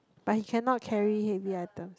but he cannot carry heavy items